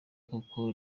koko